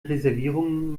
reservierungen